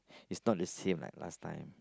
is not the same like last time